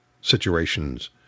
situations